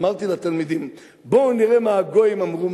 אמרתי לתלמידים: בואו נראה מה הגויים אמרו.